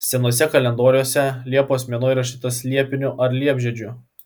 senuose kalendoriuose liepos mėnuo įrašytas liepiniu ar liepžiedžiu